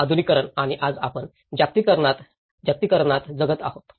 आधुनिकीकरण आणि आज आपण जागतिकीकरणात जगत आहोत